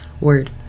word